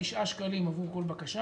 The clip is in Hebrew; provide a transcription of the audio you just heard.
הוא מקבל תשעה שקלים עבור כל בקשה.